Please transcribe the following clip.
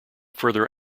further